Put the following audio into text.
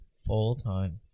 full-time